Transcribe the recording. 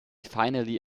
finally